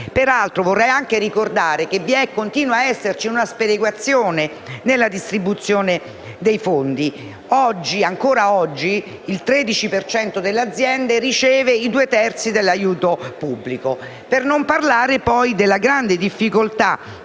rilevanti. Voglio anche ricordare che continua a esserci una sperequazione nella distribuzione dei fondi: ancora oggi il 13 per cento delle aziende riceve i due terzi dell'aiuto pubblico. Non parliamo poi della grande difficoltà